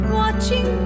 watching